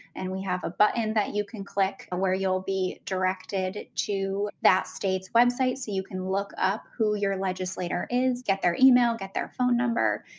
and we have a button that you can click on where you'll be directed to that state's website so you can look up who your legislator is, get their email, get their phone number,